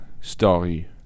story